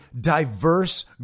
diverse